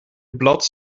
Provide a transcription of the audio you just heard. blad